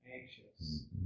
anxious